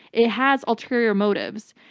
it has ulterior motives.